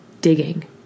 digging